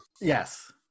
yes